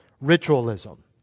Ritualism